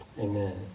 Amen